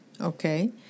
okay